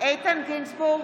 איתן גינזבורג,